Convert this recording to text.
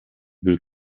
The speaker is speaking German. will